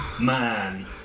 man